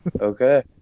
Okay